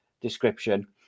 description